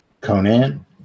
Conan